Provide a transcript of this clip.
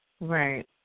Right